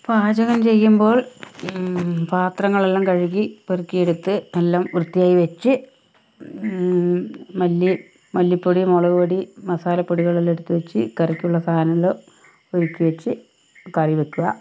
പാചകം ചെയ്യുമ്പോൾ പത്രങ്ങളെല്ലാം കഴുകി പെറുക്കിയെടുത്ത് എല്ലാം വൃത്തിയായി വച്ച് മല്ലി മല്ലിപ്പൊടി മുളകുപൊടി മസാലപ്പൊടികളെല്ലാം എടുത്തു വച്ച് കറിക്കുള്ള സാധനമെല്ലാം ഒരുക്കി വച്ച് കറി വയ്ക്കുക